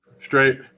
Straight